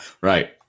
right